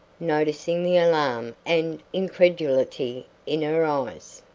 noticing the alarm and incredulity in her eyes.